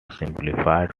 simplified